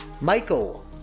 Michael